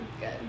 good